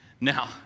Now